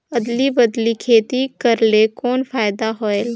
अदली बदली खेती करेले कौन फायदा होयल?